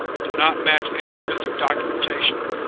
ah did not match any existing documentation,